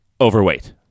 overweight